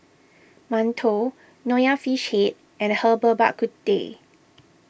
Mantou Nonya Fish Head and Herbal Bak Ku Teh